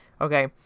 Okay